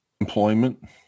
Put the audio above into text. employment